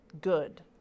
good